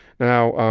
now,